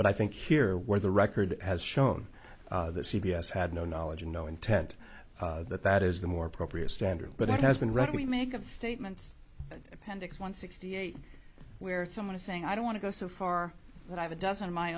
but i think here where the record has shown that c b s had no knowledge and no intent that that is the more appropriate standard but it has been wrecked we make of statements appendix one sixty eight where someone is saying i don't want to go so far that i have a dozen of my